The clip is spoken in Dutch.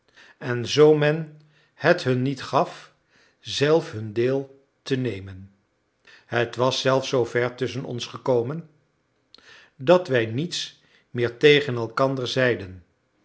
en zoo men het hun niet gaf zelf hun deel te nemen het was zelfs zoover tusschen ons gekomen dat wij niets meer tegen elkander zeiden